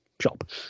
shop